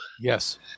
Yes